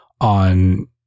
on